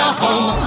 home